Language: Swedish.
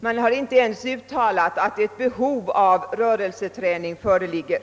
Man har inte ens uttalat att eti behov av rörelseträning föreligger.